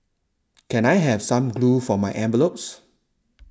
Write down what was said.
can I have some glue for my envelopes